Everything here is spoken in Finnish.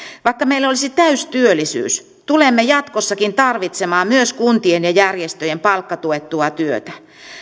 vaikka meillä olisi täystyöllisyys tulemme jatkossakin tarvitsemaan myös kuntien ja järjestöjen palkkatuettua työtä